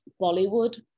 Bollywood